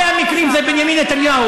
בשני המקרים זה בנימין נתניהו,